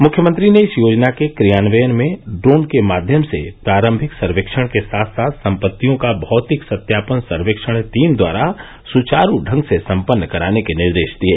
मुख्यमंत्री ने इस योजना के क्रियान्वयन में ड्रोन के माध्यम से प्रारम्भिक सर्वेक्षण के साथ साथ सम्पत्तियों का भौतिक सत्यापन सर्वेक्षण टीम द्वारा सुचारू ढंग से सम्पन्न कराने के निर्देश दिये